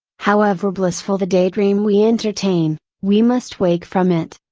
however blissful the daydream we entertain, we must wake from it.